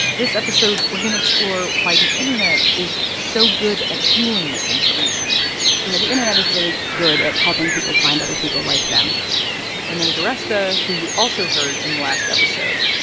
this episode, we're going to explore why the internet is so good at fueling misinformation you know, the internet is really good at helping people find other people like them renee diresta, who you also heard in the last episode,